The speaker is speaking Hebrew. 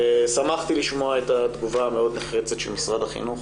שמחתי לשמוע את התגובה המאוד נחרצת של משרד החינוך